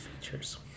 features